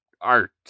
art